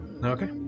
Okay